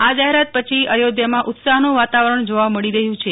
આ જાહેરાત પછી અયોધ્યામાં ઉત્સાહનું વાતાવરણ જોવા મળી રહયું છે